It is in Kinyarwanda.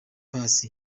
paccy